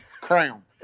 Crown